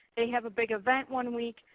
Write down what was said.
they have a big event one week,